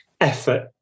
effort